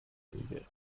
دیگه